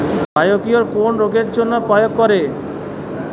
Biocure কোন রোগেরজন্য প্রয়োগ করে?